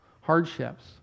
hardships